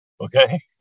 okay